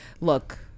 look